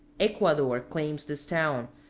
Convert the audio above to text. ecuador claims this town,